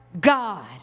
God